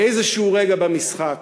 באיזשהו רגע במשחק